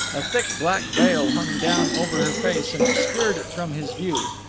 a thick black veil hung down over her face and obscured it from his view,